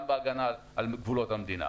גם בהגנה על גבולות המדינה.